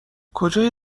کجای